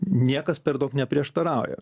niekas per daug neprieštarauja